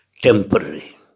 temporary